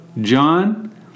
John